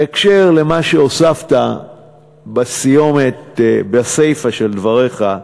בהקשר למה שהוספת בסיומת, בסיפה של דבריך,